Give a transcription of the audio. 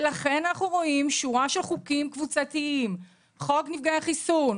לכן אנחנו רואים שורה של חוקים קבוצתיים: חוק נפגעי חיסון,